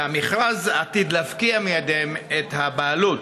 והמכרז עתיד להפקיע מידיהם את הבעלות.